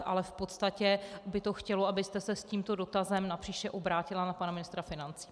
Ale v podstatě by to chtělo, abyste se s tímto dotazem napříště obrátila na pana ministra financí.